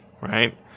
right